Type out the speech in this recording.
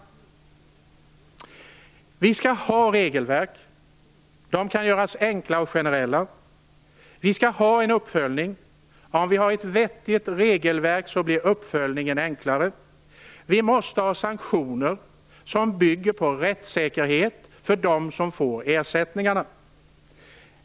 Vi skall ha regelverk. De kan göras enkla och generella. Vi skall ha en uppföljning. Om vi har ett vettigt regelverk, blir uppföljningen enklare. Vi måste ha sanktioner som bygger på rättssäkerhet för dem som får ersättningarna.